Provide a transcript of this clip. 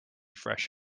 fresh